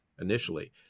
initially